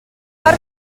per